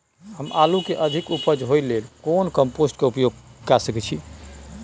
हम आलू के अधिक उपज होय लेल कोन कम्पोस्ट के उपयोग कैर सकेत छी?